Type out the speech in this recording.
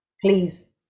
please